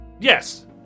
Yes